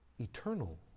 Eternal